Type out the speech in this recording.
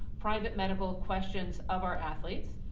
private medical questions of our athletes?